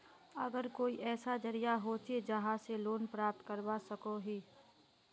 आर कोई ऐसा जरिया होचे जहा से लोन प्राप्त करवा सकोहो ही?